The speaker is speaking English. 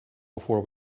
before